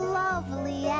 lovely